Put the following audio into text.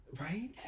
Right